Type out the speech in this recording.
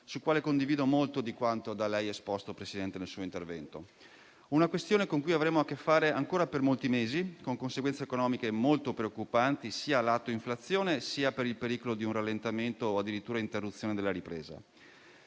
sul quale condivido molto di quanto da lei esposto nel suo intervento, presidente Draghi. È una questione con cui avremo a che fare ancora per molti mesi, con conseguenze economiche molto preoccupanti sia sul lato dell'inflazione, sia per il pericolo di un rallentamento o addirittura di un'interruzione della ripresa.